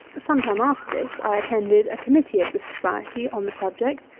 some time after this i attended a committee of the society on the subject,